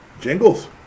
Jingles